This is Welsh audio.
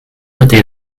ydy